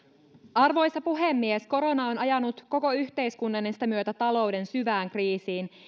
arvoisa puhemies korona on ajanut koko yhteiskunnan ja sitä myötä talouden syvään kriisiin